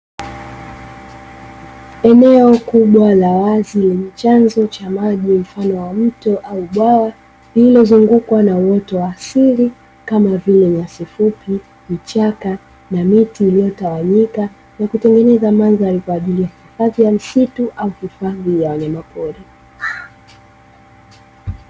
Eneo kubwa la wazi lenye chanzo cha maji mfano wa mto au bwawa, lililozungukwa na uoto wa asili kama vile nyasi fupi, vichaka na miti iliyotawanyika, na kutengeneza mandhari kwa ajili ya msitu au hifadhi ya wanyama pori.